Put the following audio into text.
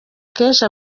kenshi